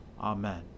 Amen